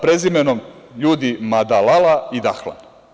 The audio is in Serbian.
Prezimenom ljudi Madalala i Dahla.